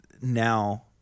now